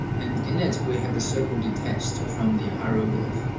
and in it we have the circle detached from the hieroglyph.